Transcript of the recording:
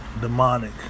demonic